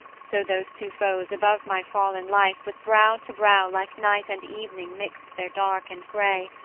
so those two foes above my fallen life, with brow to brow like night and evening mixt their dark and gray,